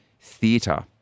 theatre